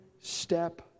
step